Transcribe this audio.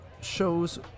shows